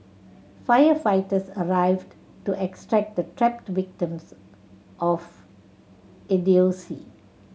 firefighters arrived to extract the trapped victims of idiocy